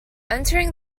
entering